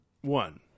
One